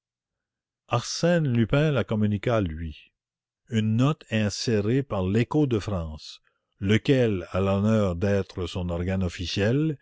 arsène lupin la communiqua lui une note insérée par l écho de france lequel a l'honneur d'être son organe officiel